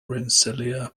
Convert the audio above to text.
rensselaer